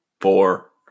four